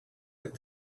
with